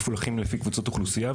מפולחים לפי קבוצות אוכלוסייה.